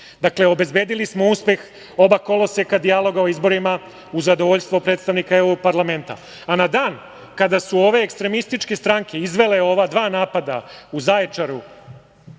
Dakle, obezbedili smo uspeh oba koloseka dijaloga o izborima uz zadovoljstvo predstavnika EU parlamenta. Na dan kada su ove ekstremističke stranke izvele ova dva napada o kojima